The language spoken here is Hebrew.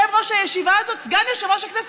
היושב-ראש, חבריי חברי הכנסת,